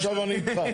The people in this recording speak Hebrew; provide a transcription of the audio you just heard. הנה, עכשיו אני איתך.